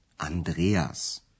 Andreas